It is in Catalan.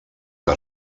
que